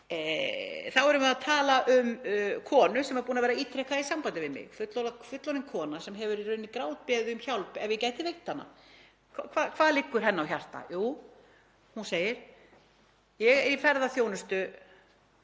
og annað slíkt, að kona sem er búin að vera ítrekað í sambandi við mig, fullorðin kona, hefur í rauninni grátbeðið mig um hjálp ef ég gæti veitt hana. Hvað liggur henni á hjarta? Jú, hún segir: Ég er í ferðaþjónustu